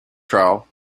trial